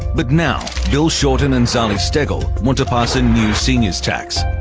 but now, bill shorten and zali steggall want to pass a new seniors tax,